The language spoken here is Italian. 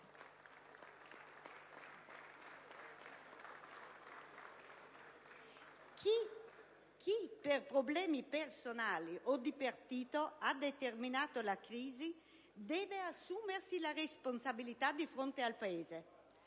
Chi per problemi personali o di partito ha determinato la crisi deve assumersi la responsabilità di fronte al Paese!